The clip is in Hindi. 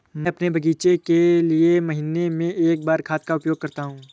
मैं अपने घर के बगीचे के लिए महीने में एक बार खाद का उपयोग करता हूँ